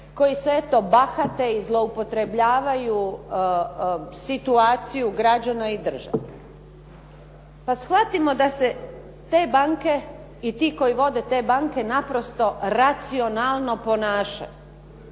koji se eto bahate i zloupotrebljavaju situacije i građana i države. Pa shvatimo da te banke i ti koji vode te banke naprosto racionalno ponašaju